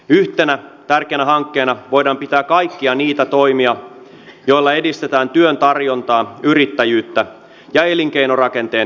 yhtenä tärkeänä hankkeena voidaan pitää kaikkia niitä toimia joilla edistetään työn tarjontaa yrittäjyyttä ja elinkeinorakenteen monipuolistamista